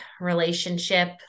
relationship